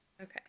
Okay